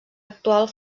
actual